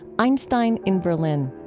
einstein in berlin